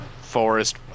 forest